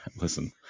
Listen